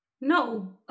no